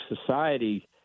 society